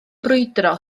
brwydro